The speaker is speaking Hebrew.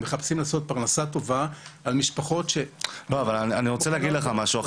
הם מחפשים לעשות פרנסה טובה על משפחות --- אני רוצה להגיד לך משהו.